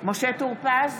משה טור פז,